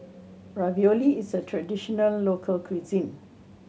ravioli is a traditional local cuisine